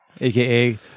aka